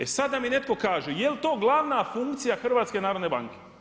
E sad da mi netko kaže jel' to glavna funkcija HNB-a?